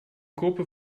gruppe